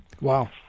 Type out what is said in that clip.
Wow